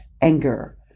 anger